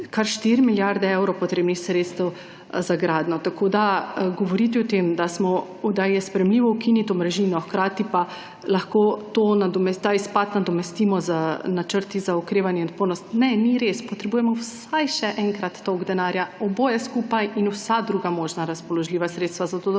kar 4 milijarde evrov potrebnih sredstev za gradnjo. Govoriti o tem, da je sprejemljivo ukiniti omrežino, hkrati pa lahko ta izpad nadomestimo z načrti za okrevanje in odpornost, ni res, potrebujemo vsaj še enkrat toliko denarja, oboje skupaj in vsa druga možna razpoložljiva sredstva, da bomo